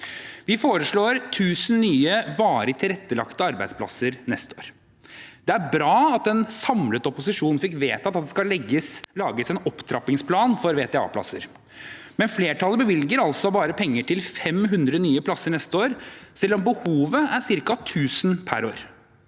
Vi foreslår 1 000 nye varig tilrettelagte arbeidsplasser neste år. Det er bra at en samlet opposisjon fikk vedtatt at det skal lages en opptrappingsplan for VTA-plasser, men flertallet bevilger altså bare penger til 500 nye plasser neste år, selv om behovet er ca. 1 000 per år.